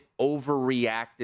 overreacted